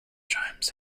chimes